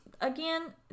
again